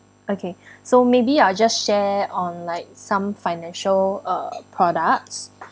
okay so maybe I'll just share on like some financial uh products